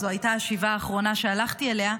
זו הייתה השבעה האחרונה שהלכתי אליה,